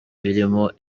birimo